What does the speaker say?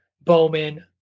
bowman